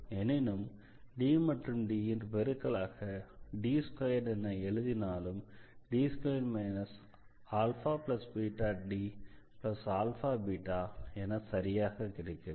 எனினும் D மற்றும் D ன் பெருக்கலாக D2 என எழுதினாலும் D2 αβDαβ என சரியாக கிடைக்கிறது